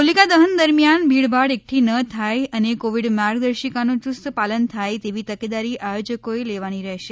હોલિકા દહન દરમિયાન ભીડભાડ એકઠી ન થાય અને કોવિડ માર્ગદર્શિકાનું યુસ્ત પાલન થાય તેવી તકેદારી આયોજકઓએ લેવાની રહેશે